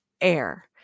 air